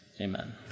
Amen